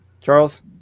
Charles